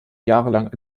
jahrelang